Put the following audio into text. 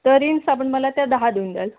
तर रिन साबण मला त्या दहा देऊन द्याल